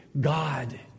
God